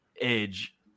edge